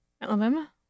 Alabama